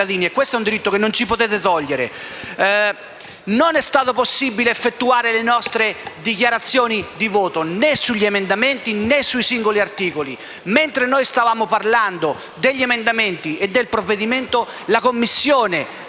Non è stato possibile effettuare le nostre dichiarazioni di voto, né sugli emendamenti, né sui singoli articoli. Mentre stavamo parlando degli emendamenti e del provvedimento, la Commissione